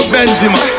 Benzema